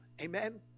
Amen